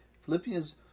Philippians